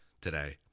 today